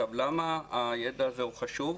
למה הידע הזה הוא חשוב?